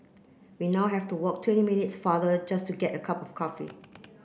we now have to walk twenty minutes farther just to get a cup of coffee